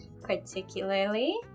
Particularly